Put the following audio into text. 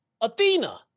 Athena